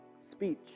speech